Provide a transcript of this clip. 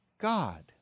God